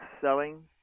selling